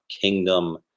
kingdom